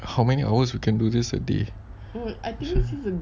how many hours you can do this a day